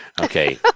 Okay